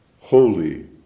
holy